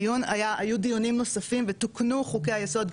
והיו דיונים נוספים ותוקנו חוקי היסוד,